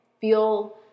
feel